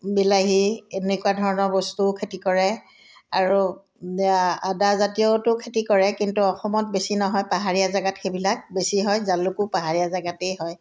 বিলাহী এনেকুৱা ধৰণৰ বস্তুও খেতি কৰে আৰু আদা জাতীয়তো খেতি কৰে কিন্তু অসমত বেছি নহয় পাহাৰীয়া জেগাত সেইবিলাক বেছি হয় জালুকো পাহাৰীয়া জেগাতেই হয়